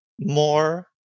more